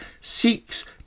seeks